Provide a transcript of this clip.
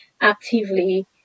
actively